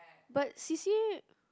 but C_C_A